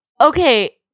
okay